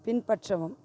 பின்பற்றவும்